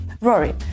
Rory